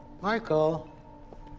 michael